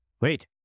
Wait